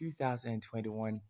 2021